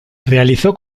realizó